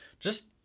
just,